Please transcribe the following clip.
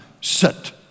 sit